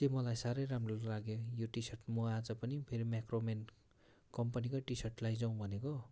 चाहिँ मलाई साह्रै राम्रो लाग्यो यो टिसर्टको म आज पनि फेरि मेक्रोमेन कम्पनीकै टिसर्ट लैजाऊँ भनेको